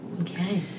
Okay